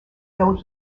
though